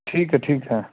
ਠੀਕ ਹੈ ਠੀਕ ਹੈ